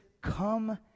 come